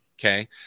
okay